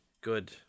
Good